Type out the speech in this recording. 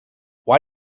why